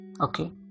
okay